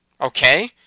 Okay